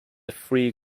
free